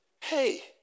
Hey